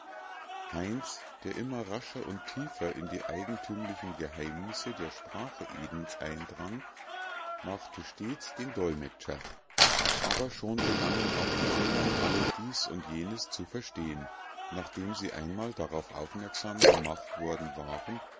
heinz der immer rascher und tiefer in die eigentümlichen geheimnisse der sprache edens eindrang machte stets den dolmetscher aber schon begannen auch die andern alle dies und jenes zu verstehen nachdem sie einmal darauf aufmerksam gemacht worden waren